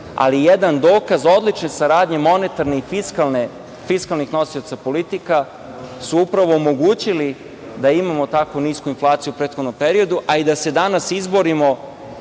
ali jedan dokaz odlične saradnje monetarnih i fiskalnih nosioca politika su upravo omogućili da imamo tako nisku inflaciju u prethodnom periodu, a i da se danas izborimo